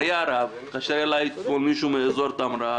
לצערי הרב התקשר אליי אתמול מישהו מאזור טמרה,